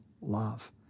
love